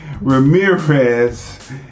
Ramirez